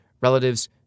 relatives